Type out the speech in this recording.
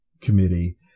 Committee